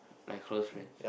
my close friends